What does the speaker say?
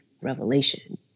revelation